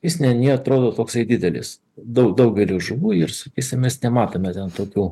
jis neatrodo toksai didelis daugeliui žuvų ir sakysim mes nematome ten tokių